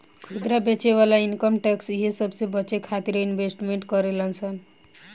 खुदरा बेचे वाला इनकम टैक्स इहे सबसे बचे खातिरो इन्वेस्टमेंट करेले सन